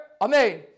Amen